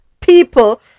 people